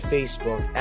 Facebook